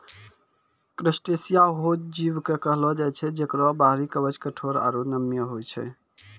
crustacea हो जीव कॅ कहलो जाय छै जेकरो बाहरी कवच कठोर आरो नम्य होय छै